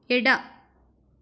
ಎಡ